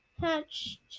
hatched